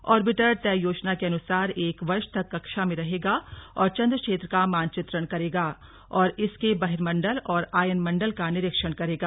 orbiter तय योजना के अनुसार एक वर्ष तक कक्षा में रहेगा और चंद्र क्षेत्र का मानचित्रण करेगा और इसके बहिर्मंडल और आयनमंडल का निरीक्षण करेगा